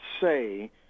say